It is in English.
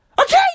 Okay